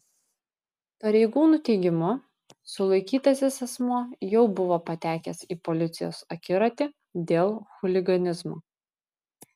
pareigūnų teigimu sulaikytasis asmuo jau buvo patekęs į policijos akiratį dėl chuliganizmo